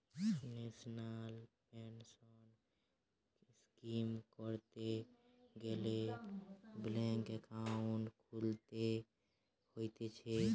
national pension scheme করতে গ্যালে bank account খুলতে হতিছে